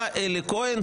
בא אלי כהן,